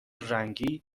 رنگی